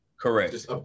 Correct